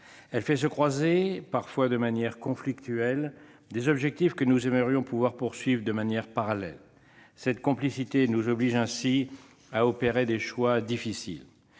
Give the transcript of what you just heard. Elle fait se conjuguer, parfois de manière conflictuelle, des objectifs que nous aimerions pouvoir poursuivre de manière parallèle. Cette complexité nous oblige ainsi à opérer des choix difficiles.